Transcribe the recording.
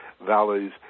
valleys